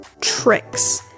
tricks